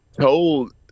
told